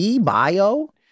Bio